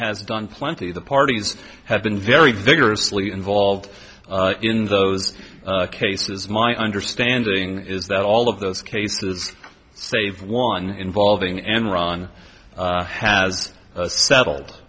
has done plenty the parties have been very vigorously involved in those cases my understanding is that all of those cases save one involving enron has settled